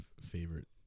Favorite